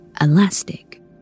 Elastic